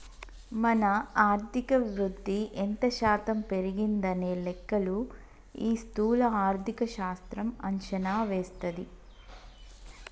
మన ఆర్థిక వృద్ధి ఎంత శాతం పెరిగిందనే లెక్కలు ఈ స్థూల ఆర్థిక శాస్త్రం అంచనా వేస్తది